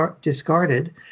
discarded